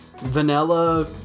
vanilla